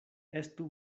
estu